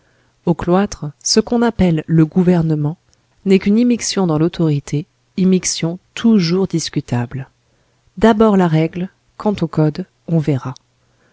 au cloître ce qu'on appelle le gouvernement n'est qu'une immixtion dans l'autorité immixtion toujours discutable d'abord la règle quant au code on verra